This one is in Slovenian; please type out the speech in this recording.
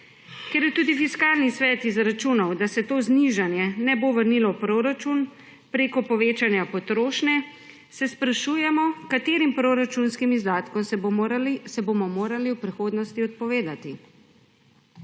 Ker je tudi Fiskalni svet izračunal, da se to znižanje ne bo vrnilo v proračun preko povečanja potrošnje, se sprašujemo, katerim proračunskim izdatkom se bomo morali v prihodnosti odpovedati.